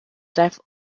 death